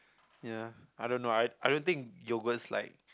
ya I don't know I I don't think yogurt's like